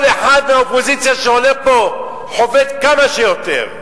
כל אחד מהאופוזיציה שעולה פה חובט כמה שיותר,